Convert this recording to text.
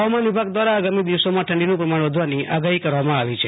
હવામાન વિભાગ દ્રારા આગામી દિવસોમાં ઠંડીનું પ્રમાણ વધવાની આગાહી કરવામાં આવી છે